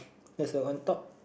there's a on top